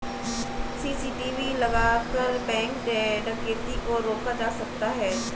CCTV लगाकर bank डकैती को रोका जा सकता है